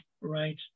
Right